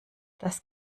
das